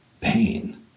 pain